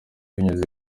binyuze